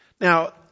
Now